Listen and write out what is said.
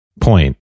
point